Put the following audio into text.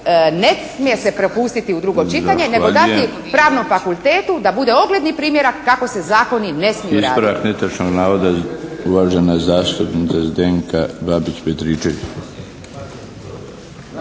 **Antičević Marinović, Ingrid (SDP)** Nego dati Pravnom fakultetu da bude ogledni primjerak kako se zakoni ne smiju raditi.